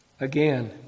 Again